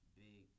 big